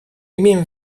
имеем